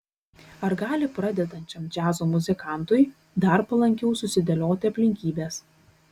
ar gali pradedančiam džiazo muzikantui dar palankiau susidėlioti aplinkybės